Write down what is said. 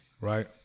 right